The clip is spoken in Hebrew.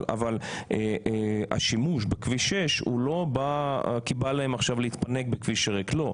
אבל השימוש בכביש 6 הוא לא כי בא להם עכשיו להתפנק בכביש ריק לא,